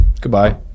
Goodbye